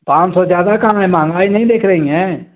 पाँच सौ ज्यादा कम है महँगाई नहीं देख रही हैं